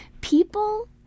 People